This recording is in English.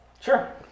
Sure